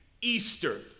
Easter